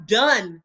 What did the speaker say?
done